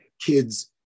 kids